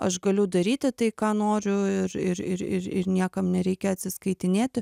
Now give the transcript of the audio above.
aš galiu daryti tai ką noriu ir ir ir ir ir niekam nereikia atsiskaitinėti